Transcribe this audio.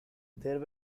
there